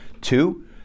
Two